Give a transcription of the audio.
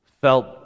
felt